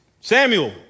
Samuel